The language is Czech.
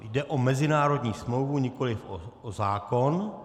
Jde o mezinárodní smlouvu, nikoliv o zákon.